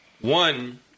One